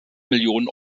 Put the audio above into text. millionen